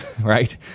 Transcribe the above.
right